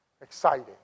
exciting